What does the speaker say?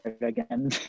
again